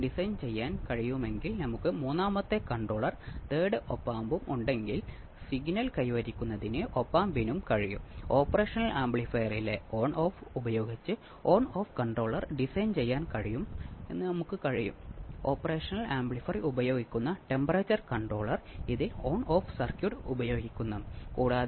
Wien bridge oscillator എന്ന് വിളിക്കുന്ന മറ്റൊരു ക്ലാസ് ഓസിലേറ്റർ നമ്മൾ കാണും